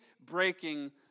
breaking